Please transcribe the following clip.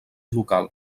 local